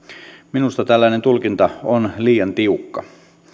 minusta tällainen tulkinta on liian tiukka